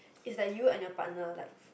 is like you and your partner like